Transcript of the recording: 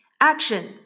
Action